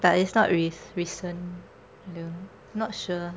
but it's not re~ recent no not sure